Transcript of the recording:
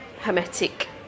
hermetic